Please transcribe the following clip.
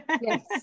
Yes